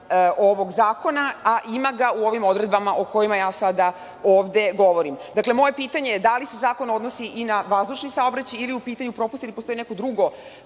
ovog zakona, a ima ga u ovim odredbama o kojima ja sada ovde govorim. Dakle, moje pitanje je da li se zakon odnosi i na vazdušni saobraćaj ili je u pitanju propust ili postoji neko drugo